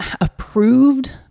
approved